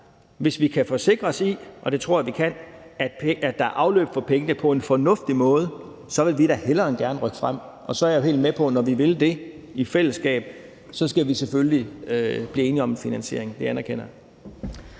hvis vi kan blive forsikret i, og det tror jeg vi kan, at der er afløb for pengene på en fornuftig måde, så vil vi da hellere end gerne rykke det frem. Og så er jeg da helt med på, at når vi vil det, i fællesskab, så skal vi selvfølgelig blive enige om en finansiering. Det anerkender jeg.